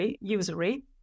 usury